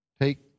take